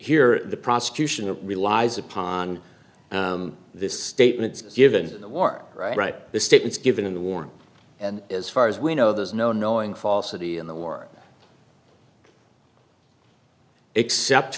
here the prosecution of relies upon this statements given the war right the statements given in the war and as far as we know there's no knowing falsity in the war except